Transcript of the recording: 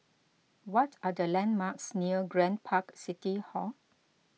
what are the landmarks near Grand Park City Hall